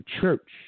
church